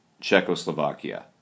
Czechoslovakia